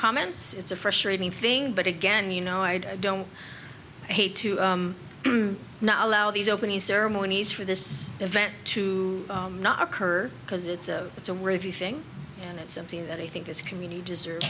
comments it's a frustrating thing but again you know i don't hate to not allow these opening ceremonies for this event to occur because it's a it's a review thing and it's something that i think this community deserve